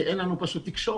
כי אין לנו פשוט תקשורת.